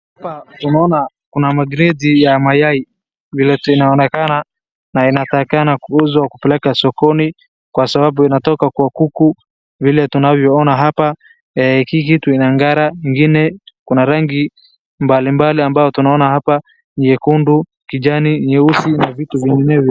Vile tunaona kuna makreti ya mayai vile inaonekana na inatakikana kuuzwa kupelekwa sokoni kwa sababu inatoka kwa kuku vile tunavyoona hapa, hii kitu inang'ara ingine kuna rangi mbalimbali ambayo tunaona hapa nyekundu, kijani, nyeusi na vitu vinginevyo.